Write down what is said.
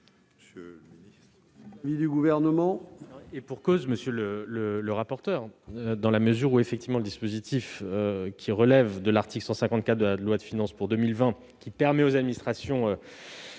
Monsieur le ministre,